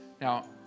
Now